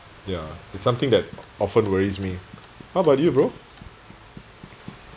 ya it's something that often worries me how about you bro